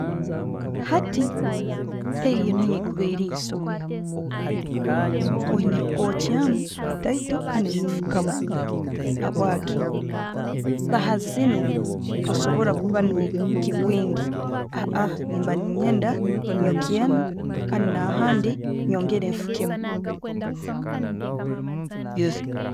Hati eyo nayo ekuba eli nsonga, oyina kwokyamu, kataito kandi no fukamu habwaki, saaha zinu tosobora kuba nobufuuki bwingi nemba nenyenda nyokyemu na handi nyongere nfukemu